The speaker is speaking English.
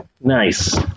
nice